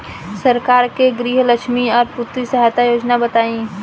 सरकार के गृहलक्ष्मी और पुत्री यहायता योजना बताईं?